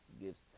gives